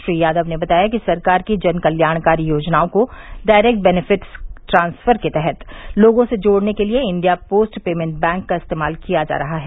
श्री यादव ने बताया कि सरकार की जन कल्याणकारी योजनओं को डायरेक्ट बेनिफिट ट्रांसफर के तहत लोगों से जोड़ने के लिए इण्डिया पोस्ट पेमेण्ट बैंक का इस्तेमाल किया जा रहा है